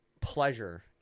pleasure